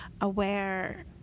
aware